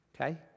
Okay